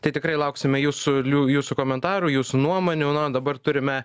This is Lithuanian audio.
tai tikrai lauksime jūsų jūsų komentarų jūsų nuomonių na o dabar turime